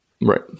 Right